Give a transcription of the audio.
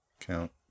count